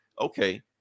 okay